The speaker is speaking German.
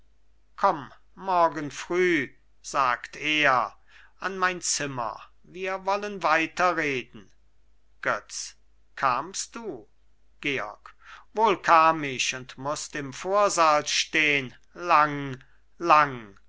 komm morgen früh sagt er an mein zimmer wir wollen weiterreden götz kamst du georg wohl kam ich und mußt im vorsaal stehn lang lang